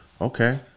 Okay